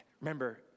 Remember